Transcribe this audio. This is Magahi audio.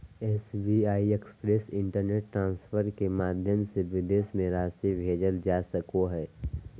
एस.बी.आई एक्सप्रेस इन्स्टन्ट ट्रान्सफर के माध्यम से विदेश में राशि भेजल जा सको हइ